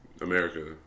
America